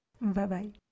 Bye-bye